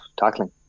tackling